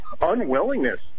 unwillingness